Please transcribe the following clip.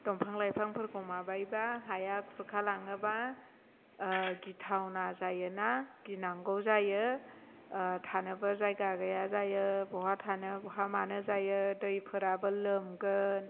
दंफां लाइफांफोरखौ माबायोब्ला हाया खुरखा लाङोब्ला गिथावना जायोना गिनांगौ जायो थानोबो जायगा गैया जायो बहा थानो बहा मानो जायो दैफोराबो लोमगोन